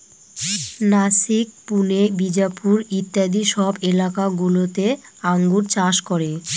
নাসিক, পুনে, বিজাপুর ইত্যাদি সব এলাকা গুলোতে আঙ্গুর চাষ করে